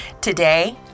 Today